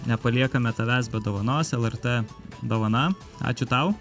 nepaliekame tavęs be dovanos lrt dovana ačiū tau